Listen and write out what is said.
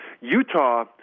Utah